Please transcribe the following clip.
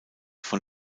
von